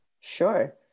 sure